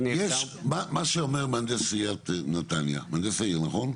מה שאומר מהנדס עיריית נתניה, מהנדס העיר נכון?